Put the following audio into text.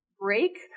break